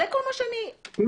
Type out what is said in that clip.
כן,